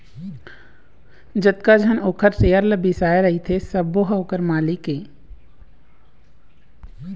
जतका झन ओखर सेयर ल बिसाए रहिथे सबो ह ओखर मालिक ये